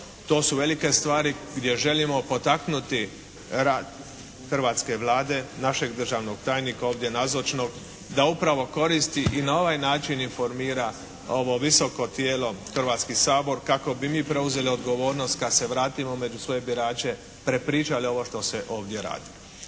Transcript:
To su velike stvari gdje želimo potaknuti rad hrvatske Vlade, našeg državnog tajnika ovdje nazočnog da upravo koristi i na ovaj način informira ovo visoko tijelo, Hrvatski sabor, kako bi mi preuzeli odgovornost kad se vratimo među svoje birače, prepričali ovo što se ovdje radi.